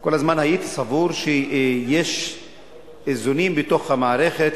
כל הזמן הייתי סבור שיש איזונים בתוך המערכת,